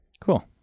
Cool